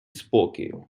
спокою